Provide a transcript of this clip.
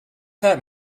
that